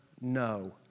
no